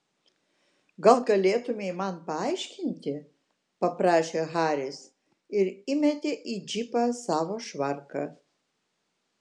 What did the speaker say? gal galėtumei man paaiškinti paprašė haris ir įmetė į džipą savo švarką